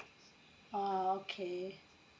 ah okay